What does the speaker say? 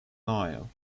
nile